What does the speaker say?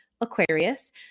Aquarius